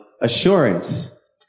assurance